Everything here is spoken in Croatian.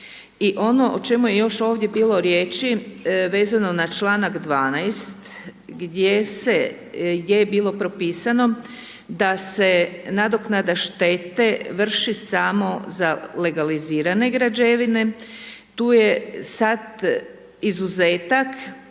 I ono o čemu je još ovdje bilo riječi vezano na članak 12. gdje je bilo propisano da se nadoknada štete vrši samo legalizirane građevine, tu je sad izuzetak